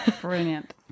Brilliant